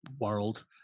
world